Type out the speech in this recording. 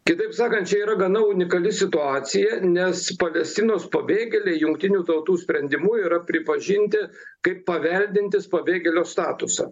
kitaip sakant čia yra gana unikali situacija nes pagrasinus pabėgėliai jungtinių tautų sprendimu yra pripažinti kaip paveldintys pabėgėlio statusą